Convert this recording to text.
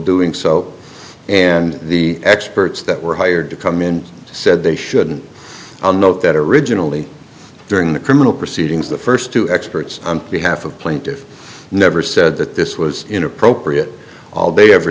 doing so and the experts that were hired to come in said they should note that originally during the criminal proceedings the first two experts on behalf of plaintiffs never said that this was inappropriate all they ever